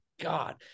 God